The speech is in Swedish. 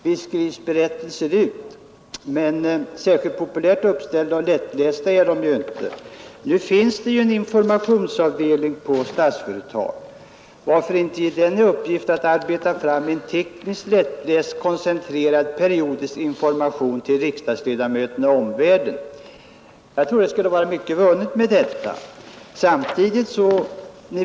Visst skrivs berättelserna ut, men de är inte särskilt populärt uppställda eller lättlästa. Det finns en informationsavdelning på Statsföretag AB. Varför inte ge denna i uppgift att arbeta fram en tekniskt lättläst, koncentrerad periodisk information till riksdagsledamöterna och omvärlden? Jag tror att mycket skulle vara vunnet med detta.